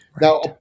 Now